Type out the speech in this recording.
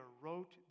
wrote